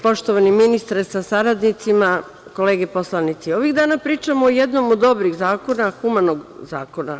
Poštovani ministre sa saradnicima, kolege poslanici, ovih dana pričamo o jednom od dobrih zakona, humanog zakona.